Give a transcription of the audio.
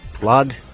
blood